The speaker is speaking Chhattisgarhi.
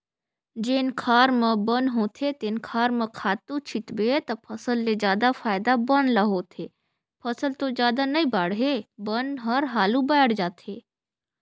जेन खार म बन होथे तेन खार म खातू छितबे त फसल ले जादा फायदा बन ल होथे, फसल तो जादा नइ बाड़हे बन हर हालु बायड़ जाथे